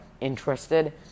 interested